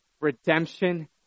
redemption